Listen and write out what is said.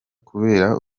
kubera